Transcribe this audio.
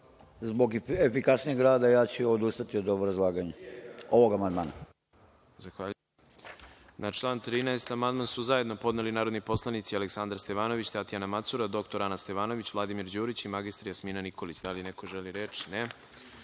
Zbog efikasnijeg rada, ja ću odustati od obrazlaganja ovog amandmana.